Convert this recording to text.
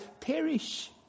perish